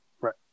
Right